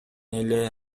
эле